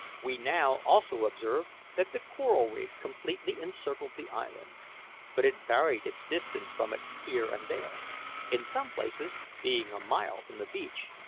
we now also observed that the coral reef completely encircled the island but it varied its distance from it here and there in some places being a mile from the beach,